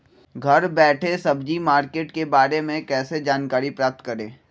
घर बैठे सब्जी मार्केट के बारे में कैसे जानकारी प्राप्त करें?